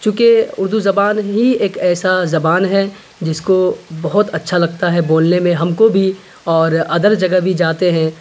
چونکہ اردو زبان ہی ایک ایسا زبان ہے جس کو بہت اچھا لگتا ہے بولنے میں ہم کو بھی اور ادر جگہ بھی جاتے ہیں